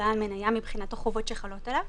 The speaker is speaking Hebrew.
כבעל מניה מבחינת החובות שחלות עליו.